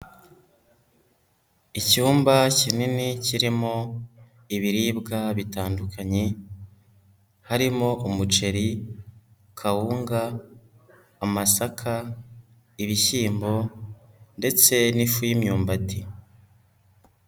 Icyumba kinini kirimo ibiribwa bitandukanye harimo: umuceri, kawunga, amasaka, ibishyimbo ndetse n'ifu y'imyumbati.